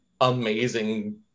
amazing